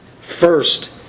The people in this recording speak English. First